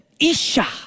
Isha